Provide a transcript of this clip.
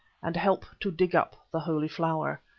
and help to dig up the holy flower.